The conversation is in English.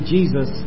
Jesus